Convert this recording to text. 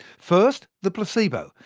first, the placebo.